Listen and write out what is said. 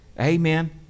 Amen